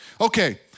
Okay